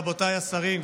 רבותיי השרים,